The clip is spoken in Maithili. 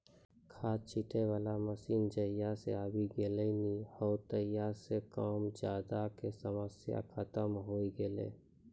खाद छीटै वाला मशीन जहिया सॅ आबी गेलै नी हो तहिया सॅ कम ज्यादा के समस्या खतम होय गेलै